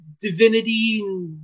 divinity